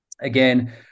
again